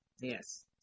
Yes